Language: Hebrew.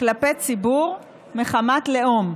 כלפי ציבור מחמת לאום.